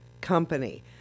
company